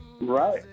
Right